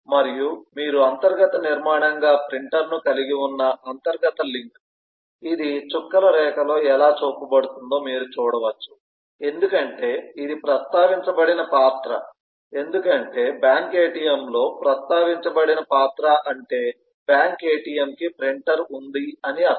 మరియు మీరు అంతర్గత నిర్మాణంగా ప్రింటర్ను కలిగి ఉన్న అంతర్గత లింక్ ఇది చుక్కల రేఖలో ఎలా చూపబడుతుందో మీరు చూడవచ్చు ఎందుకంటే ఇది ప్రస్తావించబడిన పాత్ర ఎందుకంటే బ్యాంక్ ATMలో ప్రస్తావించబడిన పాత్ర అంటే బ్యాంక్ ATMకి ప్రింటర్ ఉంది అని అర్ధం